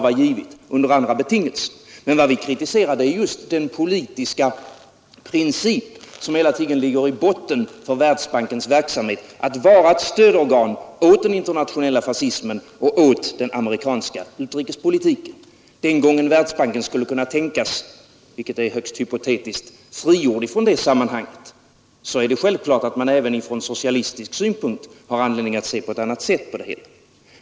Vad vi kritiserar är just den politiska princip som hela tiden ligger i botten för Världsbankens verksamhet, att vara ett stödorgan åt den internationella fascismen och åt den amerikanska utrikespolitiken. Den gången Världsbanken skulle kunna tänkas — vilket är högst hypotetiskt — frigjord från det sammanhanget är det självklart att man även från socialistisk synpunkt hade anledning att se på ett annat sätt på det hela.